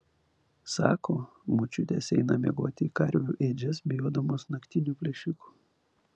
sako močiutės eina miegoti į karvių ėdžias bijodamos naktinių plėšikų